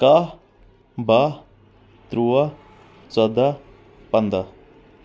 کہہ بہہ تٕرٛووا ژۄدہ پنٛدہ